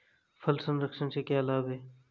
फल संरक्षण से क्या लाभ है?